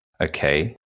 okay